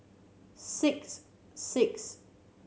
six six